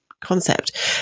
Concept